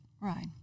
Right